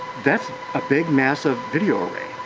that's a big massive video array.